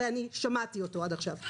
הרי שמעתי אותו עד עכשיו.